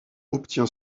obtient